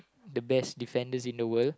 the best defenders in the world